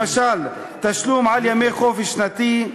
למשל תשלום על ימי חופשה שנתית,